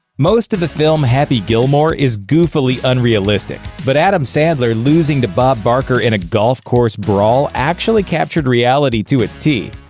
most of the film happy gilmore is goofily unrealistic, but adam sandler losing to bob barker in a golf course brawl actually captured reality to a tee.